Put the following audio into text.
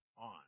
On